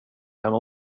hemma